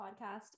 podcast